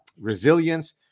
resilience